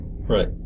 Right